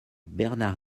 bernard